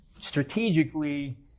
strategically